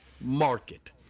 market